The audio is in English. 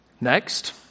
Next